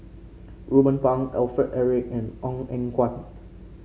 Ruben Pang Alfred Eric and Ong Eng Guan